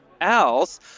else